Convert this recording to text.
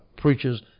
preachers